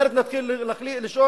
אחרת נתחיל לשאול,